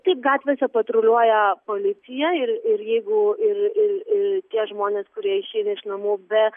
taip gatvėse patruliuoja policija ir ir jeigu ir ir ir tie žmonės kurie išeina iš namų be